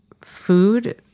food